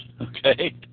okay